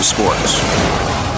Sports